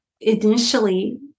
initially